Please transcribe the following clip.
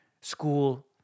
school